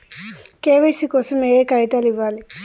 KYC కోసం ఏయే కాగితాలు ఇవ్వాలి?